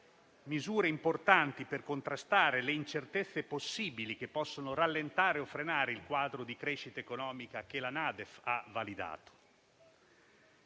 misure importanti per contrastare le incertezze possibili che possono rallentare o frenare il quadro di crescita economica che la NADEF ha validato.